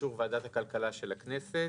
באישור ועדת הכלכלה של הכנסת,